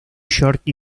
york